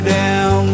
down